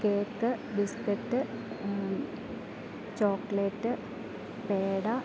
cake biscuit chocolate peda